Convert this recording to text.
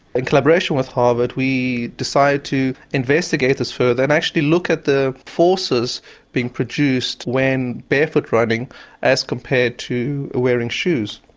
in collaboration with harvard we decided to investigate this further and actually look at the forces being produced when barefoot running as compared to wearing shoes.